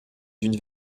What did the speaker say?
d’une